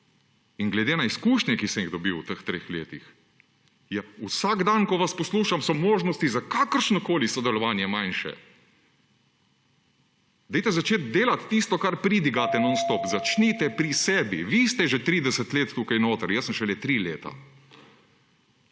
in glede na izkušnje, ki sem jih dobil v teh treh letih, ja vsak dan, ko vas poslušam, so možnosti za kakršnokoli sodelovanje manjše. Dajte, začnite delati tisto, kar pridigate nonstop. Začnite pri sebi. Vi ste že 30 let tukaj notri, jaz sem šele tri leta.